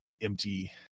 empty